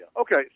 Okay